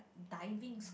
divings